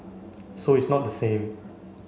so it's not the same